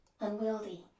Unwieldy